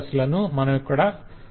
లను కూడా మనమిక్కడ చూడగలం